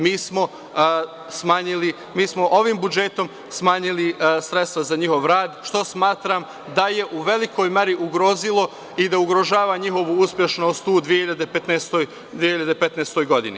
Mi smo ovim budžetom smanjili sredstva za njihov rad, što smatram da je u velikoj meri ugrozilo i da ugrožava njihovu uspešnost u 2015. godini.